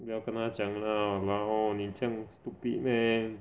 不要跟她讲 lah walao 你这样 stupid meh